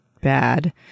bad